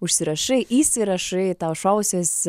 užsirašai įsirašai tau šovusias